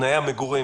מתנאי המגורים,